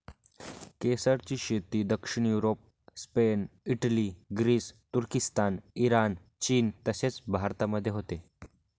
केसरची शेती दक्षिण युरोप, स्पेन, इटली, ग्रीस, तुर्किस्तान, इराण, चीन तसेच भारतामध्ये होते